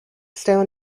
stone